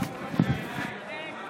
מרים ידיים?